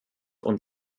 und